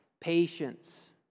Patience